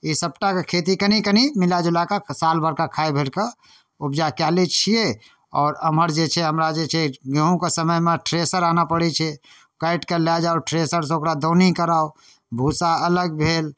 ईसबटाके खेती कनि कनि मिलाजुलाकऽ साल भरिके खाइके भरिकऽ उपजा कऽ लै छिए आओर एम्हर जे छै हमरा जे छै गेहूँके समयमे थ्रेसर आनऽ पड़ै छै काटिकऽ लऽ जाउ थ्रेसरसँ ओकरा दौनी कराउ भुस्सा अलग भेल